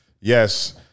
yes